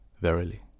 verily